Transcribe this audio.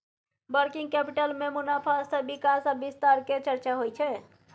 working capital में मुनाफ़ा स्तर विकास आ विस्तार के चर्चा होइ छइ